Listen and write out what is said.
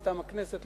מטעם הכנסת,